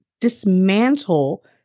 dismantle